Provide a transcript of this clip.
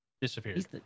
Disappeared